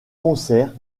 concerts